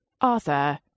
Arthur